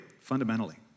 fundamentally